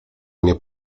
nie